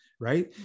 Right